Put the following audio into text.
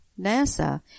NASA